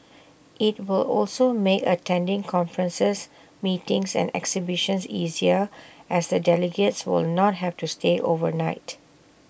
IT will also make attending conferences meetings and exhibitions easier as A delegates will not have to stay overnight